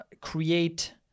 create